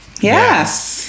Yes